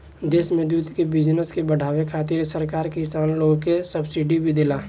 देश में दूध के बिजनस के बाढ़ावे खातिर सरकार किसान लोग के सब्सिडी भी देला